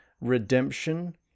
redemption